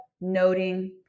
noting